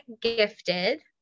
gifted